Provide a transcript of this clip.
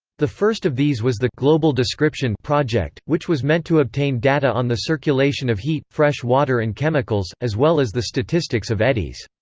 the first of these was the global description project, which was meant to obtain data on the circulation of heat, fresh water and chemicals, as well as the statistics of eddies.